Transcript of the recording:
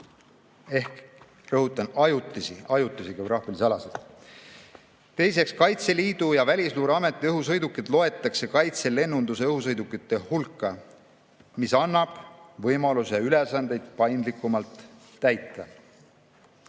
Rõhutan: ajutisi geograafilisi alasid. Teiseks, Kaitseliidu ja Välisluureameti õhusõidukid loetakse kaitselennunduse õhusõidukite hulka. See annab võimaluse ülesandeid paindlikumalt täita.